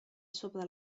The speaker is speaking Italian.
sopra